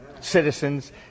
citizens